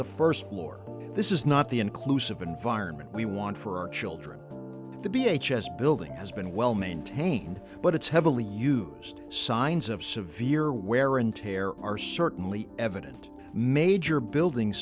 the st floor this is not the inclusive environment we want for our children to be h s building has been well maintained but it's heavily used signs of severe wear and tear are certainly evident major building